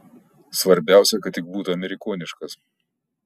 svarbiausia kad tik būtų amerikoniškas